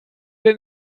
den